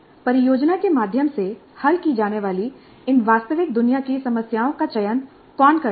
परियोजना के माध्यम से हल की जाने वाली इन वास्तविक दुनिया की समस्याओं का चयन कौन करता है